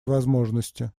возможности